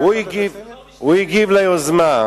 זה לא, הוא הגיב על היוזמה,